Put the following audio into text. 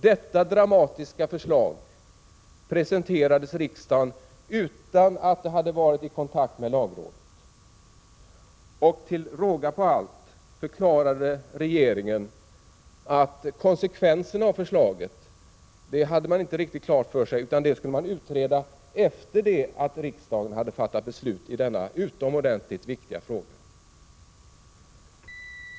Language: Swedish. Detta dramatiska förslag presenterades för riksdagen utan att det hade varit i kontakt med lagrådet. Till råga på allt förklarade regeringen att man inte hade konsekvenserna av förslaget riktigt klara för sig, utan dem skulle man utreda efter det att riksdagen hade fattat beslut i denna utomordentligt viktiga fråga.